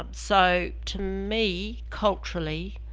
um so to me, culturally,